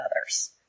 others